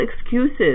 excuses